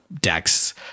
decks